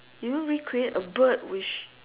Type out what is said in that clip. you won't recreate a bird which